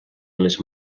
les